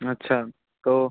अच्छा तो